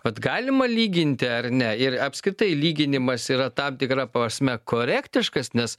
vat galima lyginti ar ne ir apskritai lyginimas yra tam tikra prasme korektiškas nes